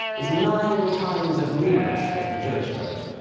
is nine times as numerous as the jewish vote.